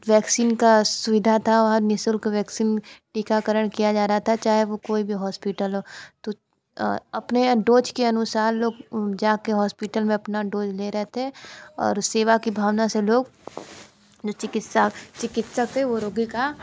vaccine की सुविधा थी वहाँ निशुल्क वैक्सीन टीकाकरण किया जा रहा था चाहे वो कोई भी हॉस्पिटल हो तो अपने डोज के अनुसार लोग जा कर हॉस्पिटल में अपना डोज ले रहे थे और सेवा की भावना से लोग जो चिकित्सा चिकित्सक थे वो रोगी का